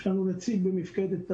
יש לנו נציג במפקדת אלון,